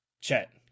Chet